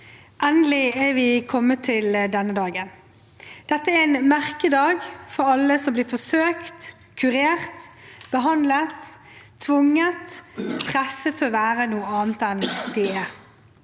Endelig er vi kommet til denne dagen. Dette er en merkedag for alle som blir forsøkt kurert, behandlet, tvunget og presset til å være noe annet enn den